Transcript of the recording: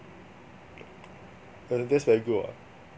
uh that's very good [what]